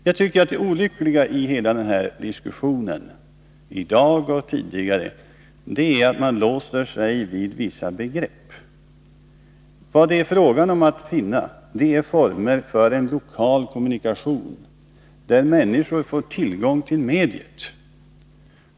Jag tycker att det olyckliga i hela den här diskussionen — i dag och tidigare — är att man låser sig vid vissa begrepp. Det är fråga om att finna former för en lokal kommunikation, där människor får tillgång till mediet.